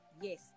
yes